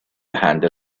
handle